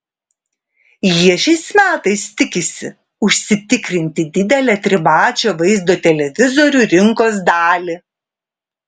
jie šiais metais tikisi užsitikrinti didelę trimačio vaizdo televizorių rinkos dalį